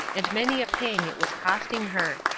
and many a pang it was costing her.